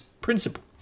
principle